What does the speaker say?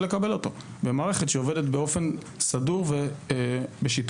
הדבר הזה במערכת שעובדת באופן סדור ובשיתופיות.